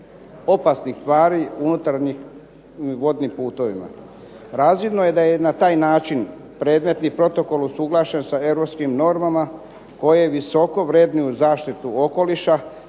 opasnih tvari unutarnjim vodnim putevima. Razvidno je da je na taj način predmetni Protokol usuglašen sa europskim normama koje visoko vrednuju zaštitu okoliša